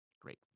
Great